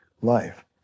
life